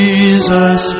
Jesus